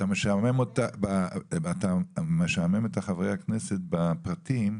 ואתה משעמם את חברי הכנסת בפרטים.